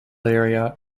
area